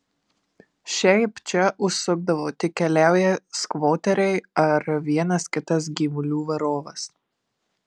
šiaip čia užsukdavo tik keliaują skvoteriai ar vienas kitas gyvulių varovas